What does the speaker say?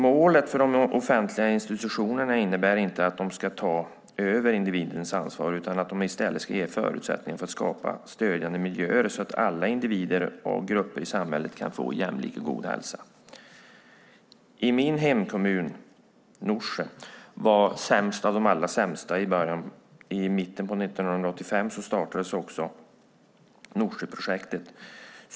Målet för de offentliga institutionerna innebär inte att de ska ta över individens ansvar utan att de i stället ska ge förutsättningar för att skapa stödjande miljöer så att alla individer och grupper i samhället kan få jämlik och god hälsa. Min hemkommun Norsjö var sämst av de allra sämsta. År 1985 startades Norsjöprojektet.